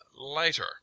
later